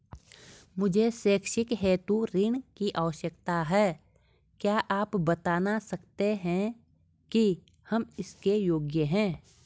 मुझे शैक्षिक हेतु ऋण की आवश्यकता है क्या आप बताना सकते हैं कि हम इसके योग्य हैं?